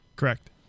Correct